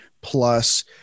plus